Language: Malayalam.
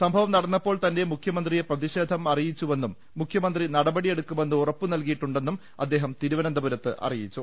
സംഭവം നടന്നപ്പോൾ തന്നെ മുഖ്യമന്ത്രിയെ പ്രതിഷേധം അറി യിച്ചുവെന്നും മുഖ്യമന്ത്രി നടപടി എടുക്കുമെന്ന് ഉറപ്പു നൽകിയി ട്ടുണ്ടെന്നും അദ്ദേഹം തിരുവനന്തപുരത്ത് അറിയിച്ചു